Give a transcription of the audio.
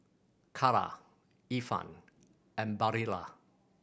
Kara Ifan and Barilla